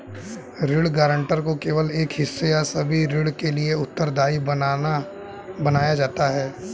ऋण गारंटर को केवल एक हिस्से या सभी ऋण के लिए उत्तरदायी बनाया जाता है